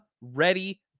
ready